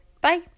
bye